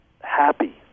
happy